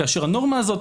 כאשר הנורמה הזאת